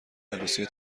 عروسی